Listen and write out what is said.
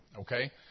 okay